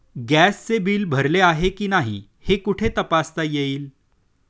गॅसचे बिल भरले आहे की नाही हे कुठे तपासता येईल?